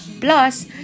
Plus